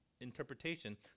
interpretation